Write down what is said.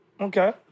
Okay